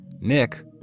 Nick